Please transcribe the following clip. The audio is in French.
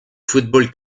football